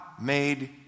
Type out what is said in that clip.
made